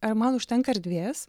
ar man užtenka erdvės